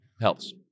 helps